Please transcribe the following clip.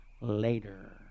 later